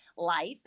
life